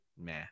meh